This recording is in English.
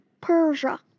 Persia